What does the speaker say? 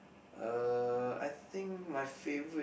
uh I think my favourite